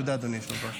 תודה, אדוני היושב-ראש.